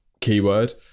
keyword